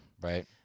right